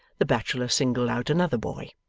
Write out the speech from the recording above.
the bachelor singled out another boy.